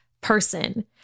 person